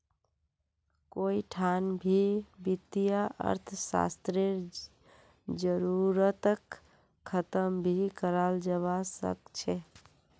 कोई ठान भी वित्तीय अर्थशास्त्ररेर जरूरतक ख़तम नी कराल जवा सक छे